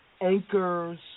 anchors